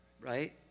right